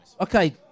okay